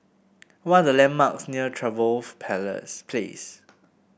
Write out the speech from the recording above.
what are the landmarks near Trevose Palace Place